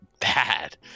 Bad